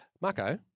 Marco